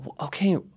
okay